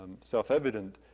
self-evident